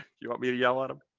you want me to yell at him?